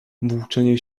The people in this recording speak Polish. włóczenie